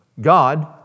God